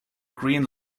green